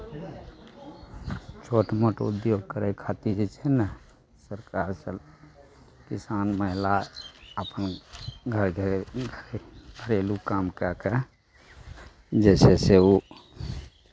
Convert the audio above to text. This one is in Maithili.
छोट मोट उद्योग करय खातिर जे छै ने सरकार चल किसान महिला अपन घरके घरेलू काम कए कऽ जे छै से ओ